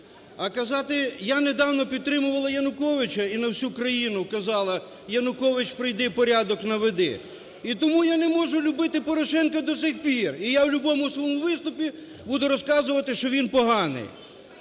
а казати, я недавно підтримувала Януковича і на всю країну казала: "Янукович, прийде, порядок наведи". І тому я не можу любити Порошенка до сих пір, і я в любому своєму виступі буду розказувати, що він поганий.